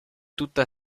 tutto